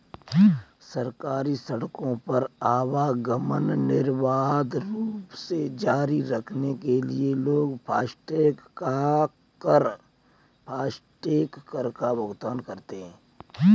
सरकारी सड़कों पर आवागमन निर्बाध रूप से जारी रखने के लिए लोग फास्टैग कर का भुगतान करते हैं